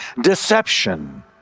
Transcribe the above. deception